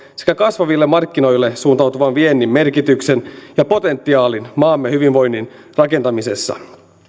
sekä kasvaville markkinoille suuntautuvan viennin merkityksen ja potentiaalin maamme hyvinvoinnin rakentamisessa